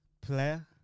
Player